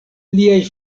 liaj